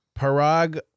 Parag